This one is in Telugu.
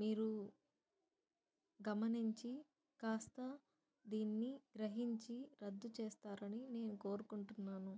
మీరు గమనించి కాస్త దీన్ని గ్రహించి రద్దు చేస్తారని నేను కోరుకుంటున్నాను